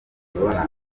imibonano